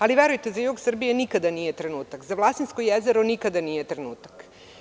Ali, verujte za jug Srbije nikada nije trenutak, za Vlasinsko jezero nikada nije trenutak.